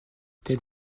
telle